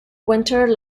winter